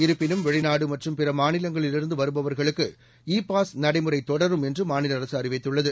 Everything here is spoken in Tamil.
இருப்பினும் வெளிநாடு மற்றும் பிற மாநிலங்களிலிருந்து வருபவர்களுக்கு இ பாஸ் நடைமுறை தொடரும் என்று மாநில அரசு அறிவித்துள்ளது